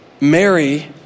Mary